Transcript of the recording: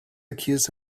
accused